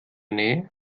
nähe